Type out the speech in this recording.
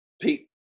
Pete